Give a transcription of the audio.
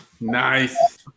nice